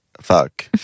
fuck